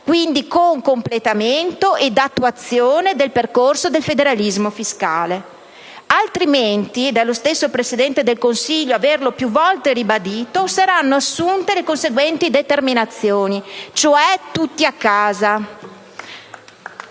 con completamento ed attuazione del percorso del federalismo fiscale. Altrimenti - è lo stesso Presidente del Consiglio ad averlo più volte ribadito - saranno assunte le conseguenti determinazioni: tutti a casa!